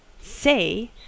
Say